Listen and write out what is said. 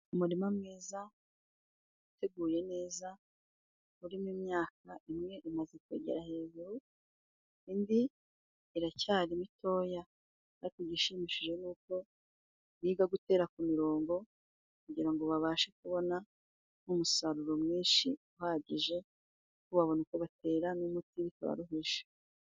Umurima mwiza, uteguye neza uri mo imyaka, imwe imaze kugera hejuru indi iracyari mitoya, ariko igishimishije ni uko biga gutera ku mirongo, kugirango babashe kubona umusaruro mwinshi uhagije, babona uko batera n'umuti bitabaruheje.